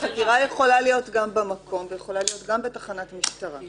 חקירה יכולה להיות גם במקום וגם בתחנת משטרה.